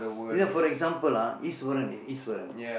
you know for example ah Iswaran Iswaran